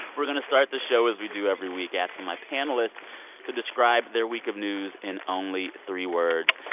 we're going to start the show as we do every week, asking my panelists to describe their week of news in only three words.